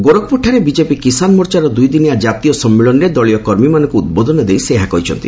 ଗୋରଖପୁରଠାରେ BJP କିଷାନ ମୋର୍ଚ୍ଚାର ଦୁଇ ଦିନିଆ ଜାତୀୟ ସମ୍ମିଳନୀରେ ଦକୀୟ କର୍ମୀମାନଙ୍କୁ ଉଦ୍ବୋଧନ ଦେଇ ସେ ଏହା କହିଛନ୍ତି